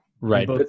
right